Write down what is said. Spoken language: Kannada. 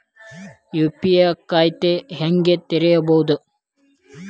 ಯು.ಪಿ.ಐ ಖಾತಾ ಹೆಂಗ್ ತೆರೇಬೋದು?